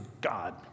God